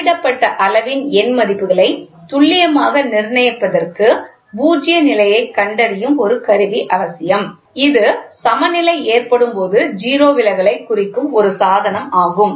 அளவிடப்பட்ட அளவின் எண் மதிப்புகளை துல்லியமாக நிர்ணயிப்பதற்கு பூஜ்ய நிலையை கண்டறியும் ஒரு கருவி அவசியம் இது சமநிலை ஏற்படும் போது 0 விலகலைக் குறிக்கும் ஒரு சாதனம் ஆகும்